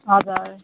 हजुर